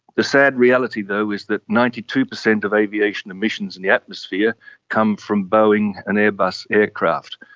the sad reality though is that ninety two percent of aviation emissions in the atmosphere come from boeing and airbus aircraft.